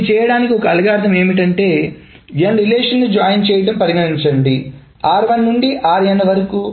దీన్ని చేయడానికి ఒక అల్గోరిథం ఏమిటంటే n సంబంధాలను జాయిన్ చేయడం పరిగణించండి r1 నుండి rn వరకు